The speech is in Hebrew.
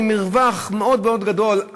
עם מרווח מאוד מאוד גדול,